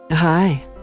Hi